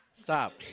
Stop